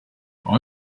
all